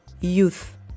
youth